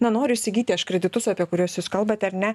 na noriu įsigyti aš kreditus apie kuriuos jūs kalbat ar ne